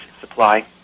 supply